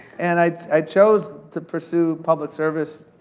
and i i chose to pursue public service,